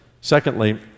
Secondly